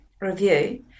review